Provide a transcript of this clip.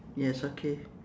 yes okay